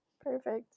perfect